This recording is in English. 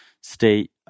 State